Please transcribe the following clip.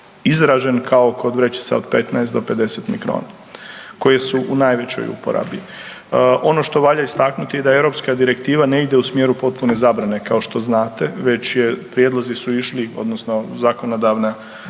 izražen kao kod vrećica od 15 do 50 mikrona, koje su u najvećoj uporabi. Ono što valja istaknuti da EU direktiva ne ide u smjeru potpune zabrane, kao što znate, već je, prijedlozi su išli, odnosno zakonodavna